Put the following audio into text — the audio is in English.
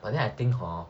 but then I think hor